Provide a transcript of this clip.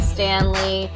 Stanley